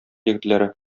егетләре